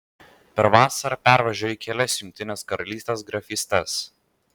per vasarą pervažiuoji kelias jungtinės karalystės grafystes